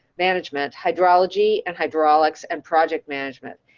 management, hydrology, and hydraulics and project management.